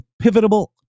pivotal